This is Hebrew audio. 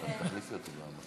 וניסה להקים את המפעל באזור עמק